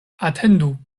atendu